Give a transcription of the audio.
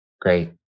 great